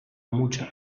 mucha